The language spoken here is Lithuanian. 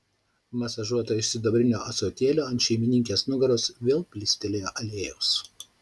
masažuotoja iš sidabrinio ąsotėlio ant šeimininkės nugaros vėl pilstelėjo aliejaus